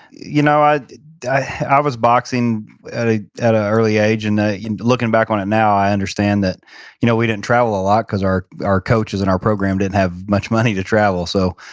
you know i i was boxing at a at a early age, and you know looking back on it now, i understand that you know we didn't travel a lot, because our our coaches and our program didn't have much money to travel. so,